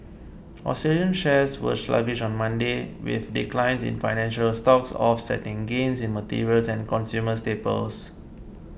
Australian shares were sluggish on Monday with declines in financial stocks offsetting gains in materials and consumer staples